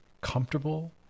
comfortable